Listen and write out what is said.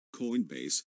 Coinbase